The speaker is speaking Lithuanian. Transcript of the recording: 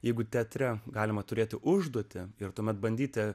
jeigu teatre galima turėti užduotį ir tuomet bandyti